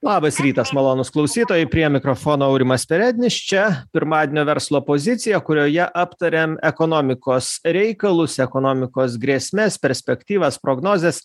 labas rytas malonūs klausytojai prie mikrofono aurimas perednis čia pirmadienio verslo pozicija kurioje aptariam ekonomikos reikalus ekonomikos grėsmes perspektyvas prognozes